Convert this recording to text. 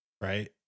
Right